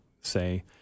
say